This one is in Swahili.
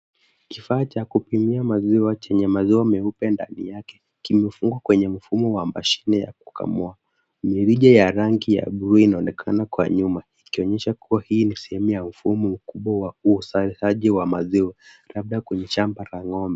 Kifaa cha kupimia maziwa chenye maziwa meupe ndani yake kimefungwa kwenye mfumo wa mshine ya kukamua. Mirija ya rangibya blue inaonekana kwa nyuma ikionyesha kuwa hii ni sehemu ya ufumu mkubwa wa uuzaji wa maziwa labda kwa shamba la ng'ombe.